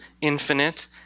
infinite